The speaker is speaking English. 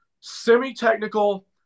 semi-technical